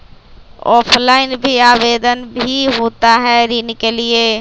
Offline भी आवेदन भी होता है ऋण के लिए?